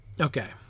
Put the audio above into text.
Okay